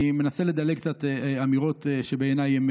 אני מנסה לדלג על האמירות שבעיניי הן